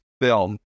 film